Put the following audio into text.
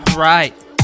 right